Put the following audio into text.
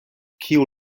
kiu